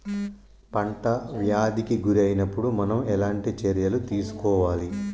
పంట వ్యాధి కి గురి అయినపుడు మనం ఎలాంటి చర్య తీసుకోవాలి?